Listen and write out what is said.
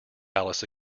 alice